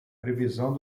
previsão